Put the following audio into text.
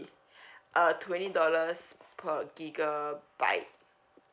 uh twenty dollars per gigabyte